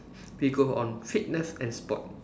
we go on fitness and sport